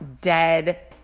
dead